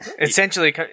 Essentially